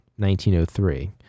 1903